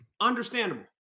understandable